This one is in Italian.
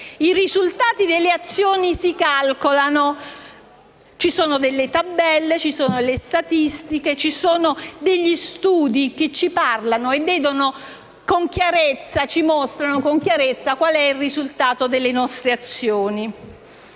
i risultati delle azioni si calcolano. Ci sono delle tabelle, ci sono delle statistiche, ci sono degli studi che ci parlano e con chiarezza ci mostrano il risultato delle nostre azioni.